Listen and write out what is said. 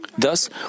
Thus